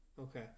Okay